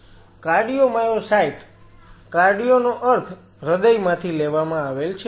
cardiomyocyte cardio નો અર્થ હૃદયમાંથી લેવામાં આવેલ છે